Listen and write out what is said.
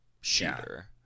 shooter